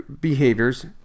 behaviors